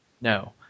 No